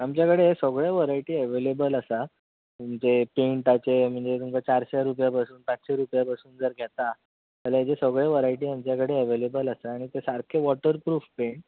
आमचे कडेन सगळे वरायटी अवेलेबल आसा म्हणजे पेंटाचे म्हणजे तुमकां चारशें रुपया पासून सातशे रुपया पासून घेता जाल्यार सगळे वरायटी आमचे कडेन अवेलेबल आसा आनी ते सारके वॉटर प्रुफ पेंट